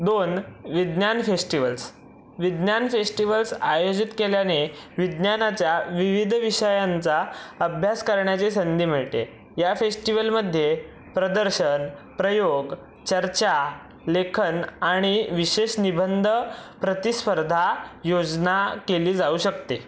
दोन विज्ञान फेस्टिवल्स् विज्ञान फेस्टिवल्स् आयोजित केल्याने विज्ञानाच्या विविध विषयांचा अभ्यास करण्याची संधी मिळते या फेस्टिवलमध्ये प्रदर्शन प्रयोग चर्चा लेखन आणि विशेष निबंध प्रतिस्पर्धा योजना केली जाऊ शकते